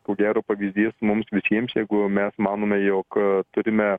ko gero pavyzdys mums visiems jeigu mes manome jog turime